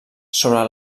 sobre